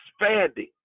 expanding